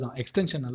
extension